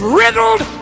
riddled